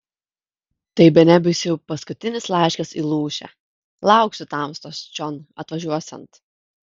tai bene bus jau paskutinis laiškas į lūšę lauksiu tamstos čion atvažiuosiant